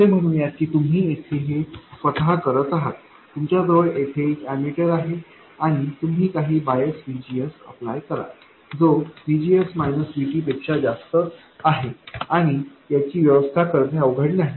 असे म्हणूया की तुम्ही येथे हे स्वतः करत आहात तुमच्याजवळ येथे एक अॅममीटर आहे आणि तुम्ही काही बायस VGSअप्लाय करा जोपेक्षा जास्त आहे आणि याची व्यवस्था करणे अवघड नाही